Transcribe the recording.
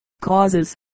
Causes